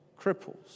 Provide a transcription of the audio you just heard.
cripples